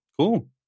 Cool